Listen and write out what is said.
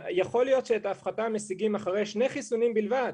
יכול להיות שאת ההפחתה משיגים אחרי שני חיסונים בלבד,